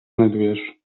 znajdujesz